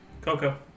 Coco